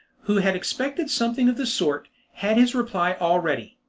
who had expected something of the sort, had his reply all ready.